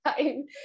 time